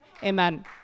Amen